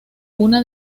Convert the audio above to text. una